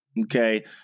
Okay